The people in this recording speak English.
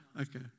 okay